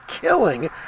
killing